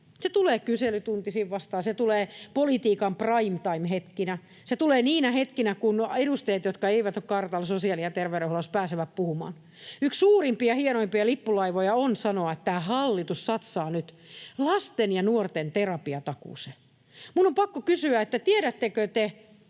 Se tulee kyselytuntisin vastaan, se tulee politiikan prime time ‑hetkinä, se tulee niinä hetkinä, kun edustajat, jotka eivät ole kartalla sosiaali‑ ja terveydenhuollossa, pääsevät puhumaan. Yksi suurimpia, hienoimpia lippulaivoja on sanoa, että tämä hallitus satsaa nyt lasten ja nuorten terapiatakuuseen. Minun on pakko kysyä, tiedättekö te